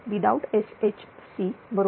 CPlosswithout Sh